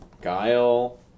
Guile